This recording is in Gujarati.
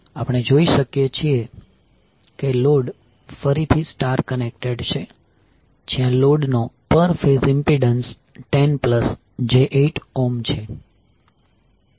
આપણે જોઈ શકીએ છીએ કે લોડ ફરીથી સ્ટાર કનેક્ટેડ છે જ્યાં લોડનો પર ફેઝ ઇમ્પિડન્સ 10j8 ઓહ્મ છે